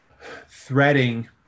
threading